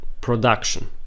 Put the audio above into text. production